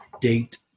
date